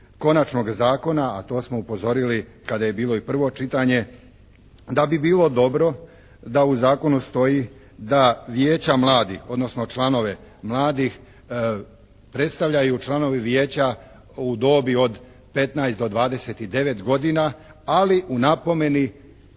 konačnog zakona a to smo i upozorili kada je bilo i prvo čitanje da bi bilo dobro da u zakonu stoji da Vijeća mladih odnosno članove mladih predstavljaju članovi vijeća u dobi od 15 do 29 godina ali u napomeni